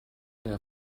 der